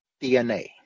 DNA